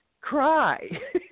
cry